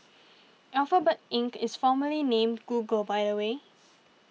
Alphabet Inc is formerly named Google by the way